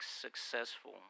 successful